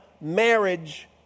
marriage